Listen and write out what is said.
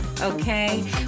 okay